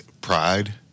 pride